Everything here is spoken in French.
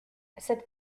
cette